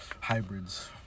Hybrids